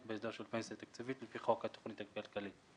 בהסדר של פנסיה תקציבית לפי חוק התוכנית הכלכלית.